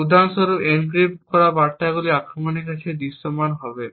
উদাহরণস্বরূপ এনক্রিপ্ট করা বার্তাগুলি আক্রমণকারীর কাছে দৃশ্যমান হবে